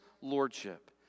lordship